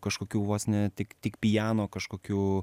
kažkokių vos ne tik tik piano kažkokių